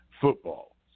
football